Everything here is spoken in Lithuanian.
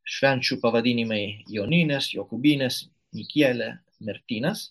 švenčių pavadinimai joninės jokubinės nikėlė martynas